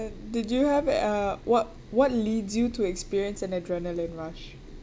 did you have uh what what leads you to experience an adrenaline rush